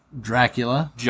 Dracula